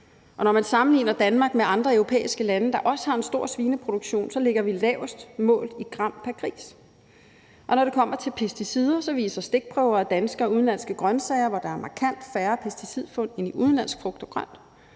Når man sammenligner Danmark med andre europæiske lande, der også har en stor svineproduktion, ligger vi lavest målt i gram pr. gris. Og når det kommer til pesticider, viser stikprøver af danske og udenlandske grønsager, at der er markant flere pesticidfund i udenlandsk frugt og grønt.